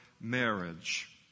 marriage